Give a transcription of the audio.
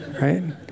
right